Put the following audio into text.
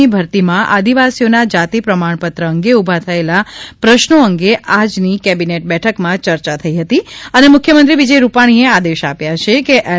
ની ભરતીમાં આદિવાસીઓના જાતિ પ્રમાણપત્ર અંગે ઉભા થયેલા પ્રશ્નો અંગે આજ ની ક્રેબિનેટ બેઠક માં ચર્ચા થઈ હતી અને મુખ્યમંત્રી વિજય રૂપાણી એ આદેશ આપ્યા છે કે એલ